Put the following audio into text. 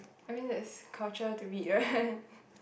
I mean there is culture to read right